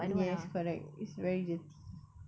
yes correct it's very dirty